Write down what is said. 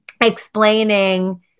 explaining